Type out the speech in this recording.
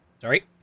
Sorry